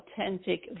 authentic